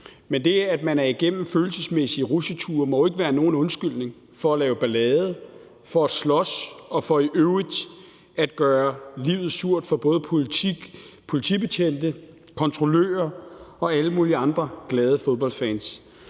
Men det, at man er igennem følelsesmæssige rutsjeture må jo ikke være nogen undskyldning for at lave ballade, for at slås og for i øvrigt at gøre livet surt for både politibetjente, kontrollører og alle mulige andre glade fodboldfans.